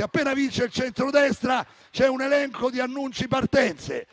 appena vince il centrodestra c'è un elenco di annunci e partenze.